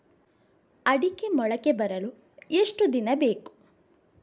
ಅಡಿಕೆ ಮೊಳಕೆ ಬರಲು ಎಷ್ಟು ದಿನ ಬೇಕು?